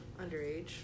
underage